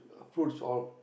fruits all